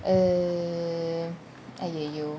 uh !aiyoyo!